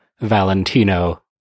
Valentino